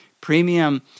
premium